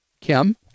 Kim